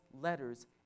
letters